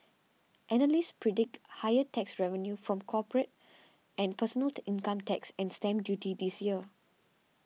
analysts predict higher tax revenue from corporate and personal income tax and stamp duty this year